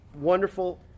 wonderful